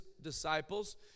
disciples